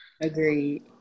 Agreed